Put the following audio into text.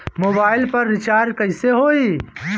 Mobile पर recharge कैसे होखी?